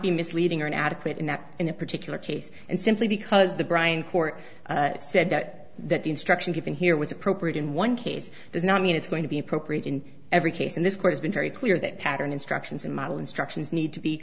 be misleading or an adequate in that in a particular case and simply because the brian court said that that the instruction given here was appropriate in one case does not mean it's going to be appropriate in every case in this court has been very clear that pattern instructions and model instructions need to be